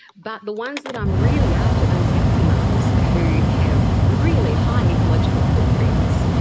but the ones that i'm really after, those yuppie mums who have really high ecological footprints,